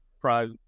pro